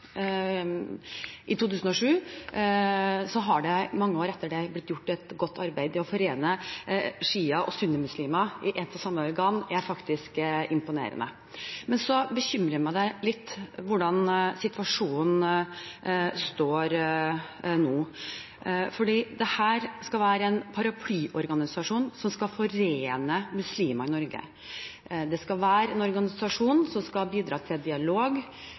i 2007, har det i mange år blitt gjort et godt arbeid med å forene sjia- og sunnimuslimer i ett og samme organ. Det er faktisk imponerende. Men det bekymrer meg litt hvordan situasjonen står nå. Dette skal være en paraplyorganisasjon som skal forene muslimer i Norge. Det skal være en organisasjon som skal bidra til dialog